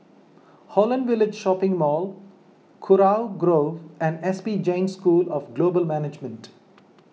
Holland Village Shopping Mall Kurau Grove and S P Jain School of Global Management